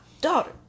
daughter